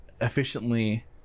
efficiently